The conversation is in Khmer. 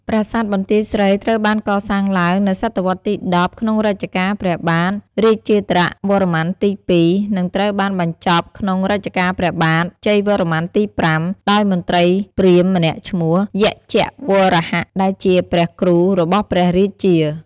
ប្រាសាទបន្ទាយស្រីត្រូវបានកសាងឡើងនៅសតវត្សរ៍ទី ១០ ក្នុងរជ្ជកាលព្រះបាទ រាជេន្ទ្រវរ្ម័នទី ២ និងត្រូវបានបញ្ចប់ក្នុងរជ្ជកាលព្រះបាទ ជ័យវរ្ម័នទី ៥ ដោយមន្ត្រីព្រាហ្មណ៍ម្នាក់ឈ្មោះ យជ្ញវរាហៈ ដែលជាព្រះគ្រូរបស់ព្រះរាជា។